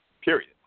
period